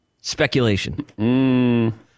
Speculation